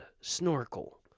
snorkel